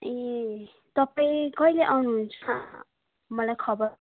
ए तपाईँ कहिले आउनु हुन्छ मलाई खबर